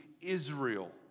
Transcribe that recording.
Israel